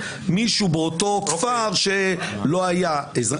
מישהו באותו כפר שלא היה.